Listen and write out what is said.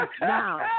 now